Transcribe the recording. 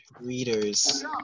readers